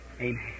Amen